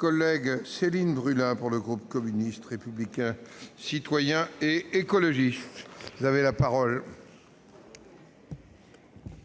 à Mme Céline Brulin, pour le groupe communiste républicain citoyen et écologiste.